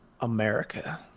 America